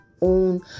own